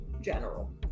general